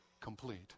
complete